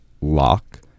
lock